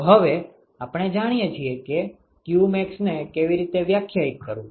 તો હવે આપણે જાણીએ છીએ કે qmaxને કેવી રીતે વ્યાખ્યાયિત કરવુ